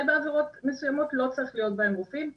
בעבירות מסוימות לא צריכים להיות בה רופאים.